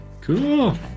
cool